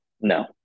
No